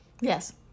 Yes